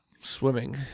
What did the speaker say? Swimming